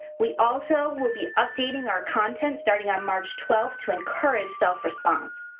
we also will be updating our content starting on march twelve to encourage self-response.